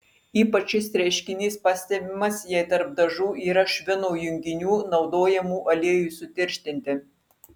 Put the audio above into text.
ypač šis reiškinys pastebimas jei tarp dažų yra švino junginių naudojamų aliejui sutirštinti